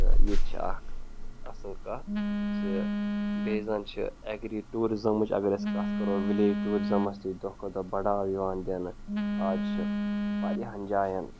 تہٕ ییٚتہِ چھِ اَکھ اَصٕل کَتھ زِ بیٚیہِ زَن چھِ ایگری ٹوٗرِزٕمٕچ اگر أسۍ کَتھ کَرو وِلیج ٹوٗرِزٕمَس تہِ دۄہ کھۄ دۄہ بَڑاو یِوان دِنہٕ آز چھِ واریاہَن جایَن